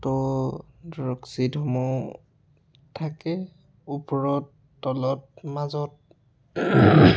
তো ধৰক ছিটসমূহ থাকে ওপৰত তলত মাজত